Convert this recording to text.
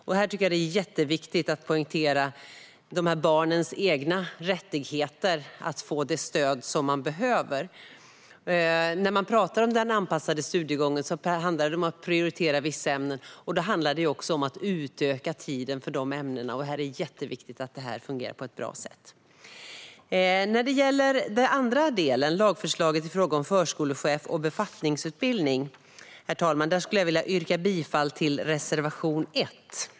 Jag tycker att det är jätteviktigt att poängtera dessa barns rättigheter att få det stöd de behöver. När man talar om anpassad studiegång handlar det om att prioritera vissa ämnen och utöka tiden för de ämnena. Det är jätteviktigt att detta fungerar på ett bra sätt. När det gäller den andra delen, lagförslaget i fråga om förskolechef och befattningsutbildning, skulle jag, herr talman, vilja yrka bifall till reservation 1.